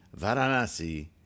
Varanasi